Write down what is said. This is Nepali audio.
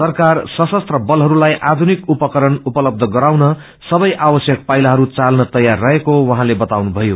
सरकार संशस्त्र बलहरूलाई आधुनिक उपकरण उपलब्ध गराउन सबै आवश्यक पाइलाहरू चाल्न तैयार रहेको उहाँले बताउनु भयो